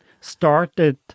started